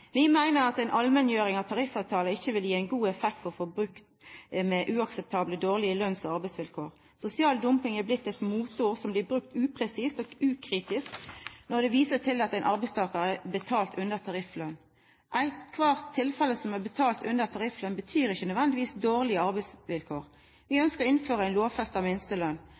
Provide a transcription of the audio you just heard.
Vi meiner at ei allmenngjering av tariffavtaler ikkje vil gje ein god effekt for å få bukt med uakseptable og dårlege løns- og arbeidsvilkår. Sosial dumping er blitt eit moteord som blir brukt upresist og ukritisk når ein viser til at ein arbeidstakar er betalt under tariffløn. Eitkvart tilfelle der det er betalt under tariffløn, betyr ikkje nødvendigvis at det er dårlege arbeidsvilkår. Vi ønskjer å innføra ei lovfesta